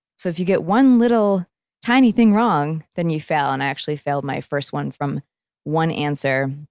so, if you get one little tiny thing wrong then you fail, and actually failed my first one from one answer.